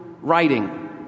writing